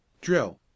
drill